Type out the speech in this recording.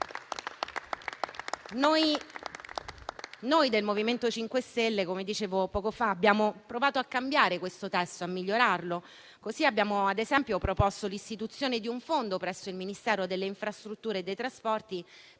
Noi del MoVimento 5 Stelle, come dicevo poco fa, abbiamo provato a cambiare questo testo e a migliorarlo. Ad esempio, abbiamo proposto l'istituzione di un fondo presso il Ministero delle infrastrutture e dei trasporti